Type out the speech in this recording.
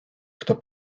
kto